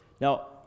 Now